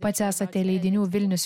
pats esate leidinių vilnius